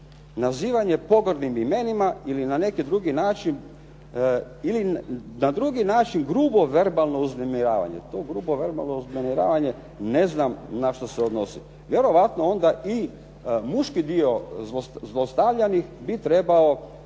na neki drugi način ili na drugi način grubo verbalno uznemiravanje. To grubo verbalno uznemiravanje ne znam na što se odnosi. Vjerojatno onda i muški dio zlostavljanih bi trebao